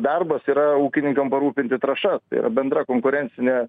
darbas yra ūkininkam parūpinti trąšas tai yra bendra konkurencinė